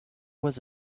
was